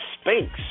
Spinks